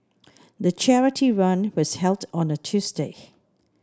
the charity run was held on a Tuesday